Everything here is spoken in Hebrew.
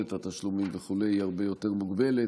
את התשלומים היא הרבה יותר מוגבלת,